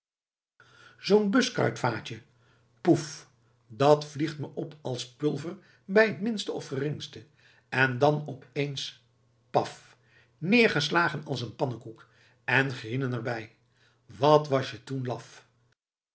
zoo'n buskruitvaatje poeff dat vliegt me op als pulver bij t minste of geringste en dan op eens paf neergeslagen als een pannekoek en grienen er bij wat was je toen laf